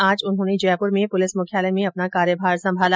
आज उन्होंने जय्पर में पुलिस मुख्यालय में अपना कार्यभार संभाला